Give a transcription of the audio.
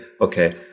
okay